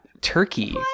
Turkey